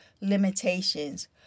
limitations